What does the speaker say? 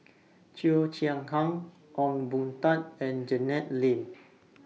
Cheo Chai Hiang Ong Boon Tat and Janet Lim